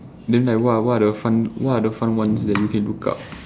then like what are the fun what are the fun one that you can look up